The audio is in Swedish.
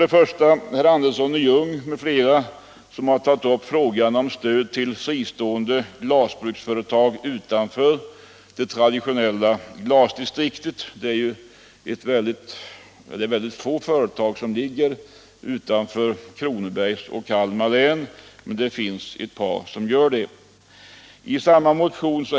Herr Andersson i Ljung m.fl. har tagit upp frågan om stöd till fristående glasbruksföretag utanför det traditionella glasbruksdistriktet. Det är bara ett fåtal företag som ligger utanför Kronobergs och Kalmar län.